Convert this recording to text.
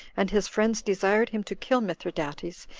and his friends desired him to kill mithridates,